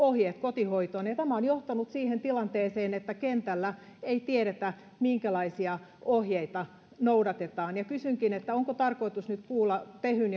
ohjeet kotihoitoon ja ja tämä on johtanut siihen tilanteeseen että kentällä ei tiedetä minkälaisia ohjeita noudatetaan kysynkin onko tarkoitus nyt kuulla tehyn